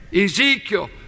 Ezekiel